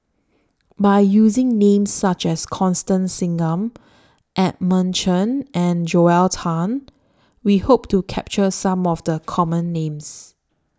By using Names such as Constance Singam Edmund Chen and Joel Tan We Hope to capture Some of The Common Names